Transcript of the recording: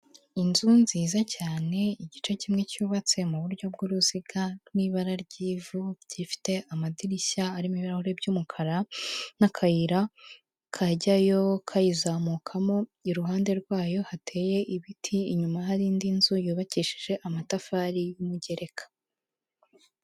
Inzu nziza cyane, igice kimwe cyubatse mu buryo bw'uruziga rw'ibara ry'ivu, gifite amadirishya arimo ibirahure by'umukara, n'akayira kajyayo kayizamukamo, iruhande rwayo hateye ibiti, inyuma hari indi nzu yubakishije amatafari y'umugereka.